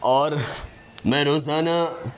اور میں روزانہ